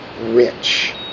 rich